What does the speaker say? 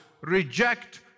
reject